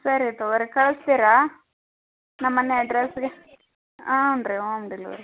ಸರಿ ತಗೊಳ್ರಿ ಕಳಿಸ್ತೀರಾ ನಮ್ಮ ಮನೆ ಅಡ್ರೆಸ್ಸಿಗೆ ಹ್ಞೂ ರೀ ಓಮ್ ಡೆಲ್ವರಿ